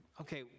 okay